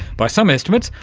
by some estimates,